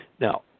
Now